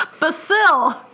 basil